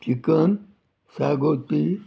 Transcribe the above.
chicken सागोती